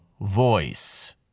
voice